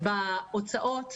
בהוצאות